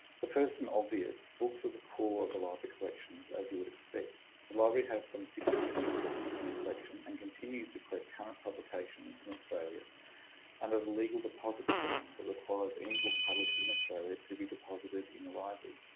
the first and obvious, books are the core of the library collections as you would expect. the library has some six million books in the collection and continues to collect current publications from australia and under the legal deposit scheme that requires any book published in australia to be deposited in the library.